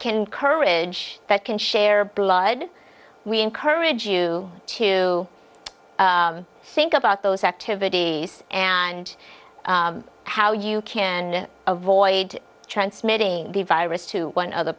can courage that can share blood we encourage you to think about those activities and how you can avoid transmitting the virus to one other